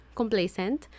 complacent